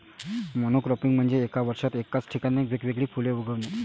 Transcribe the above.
monocropping म्हणजे एका वर्षात एकाच ठिकाणी वेगवेगळी फुले उगवणे